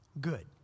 good